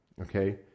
okay